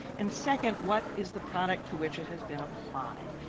and second, what is the product to which it has been applied?